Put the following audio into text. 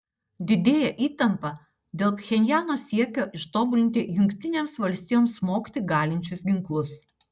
didėja įtampa dėl pchenjano siekio ištobulinti jungtinėms valstijoms smogti galinčius ginklus